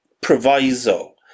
proviso